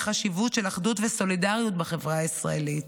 החשיבות של אחדות וסולידריות בחברה הישראלית.